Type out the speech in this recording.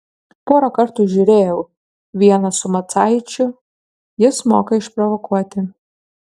porą kartų žiūrėjau vieną su macaičiu jis moka išprovokuoti